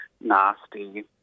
nasty